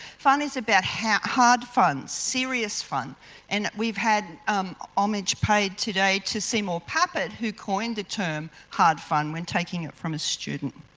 fun is about hard fun, serious fun and we've had homage paid today to seymour papert who coined the term hard fun when taking it from a student.